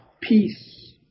peace